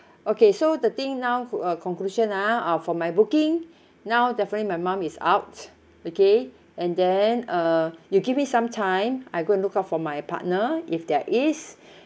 okay so the thing now uh conclusion ah uh for my booking now definitely my mum is out okay and then uh you give me some time I go and look out for my partner if there is